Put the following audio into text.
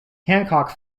hancock